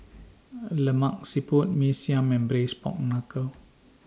Lemak Siput Mee Siam and Braised Pork Knuckle